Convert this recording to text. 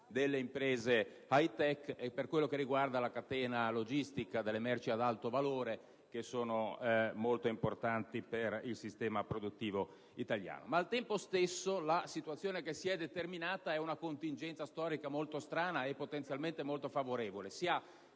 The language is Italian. delle imprese *high tech* e per quanto riguarda la catena logistica delle merci ad alto valore che sono molto importanti per il sistema produttivo italiano. Ma al tempo stesso la situazione che si è determinata è una contingenza storica molto strana e potenzialmente molto favorevole: si ha,